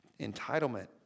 entitlement